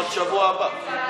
לדחות לשבוע הבא.